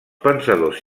pensadors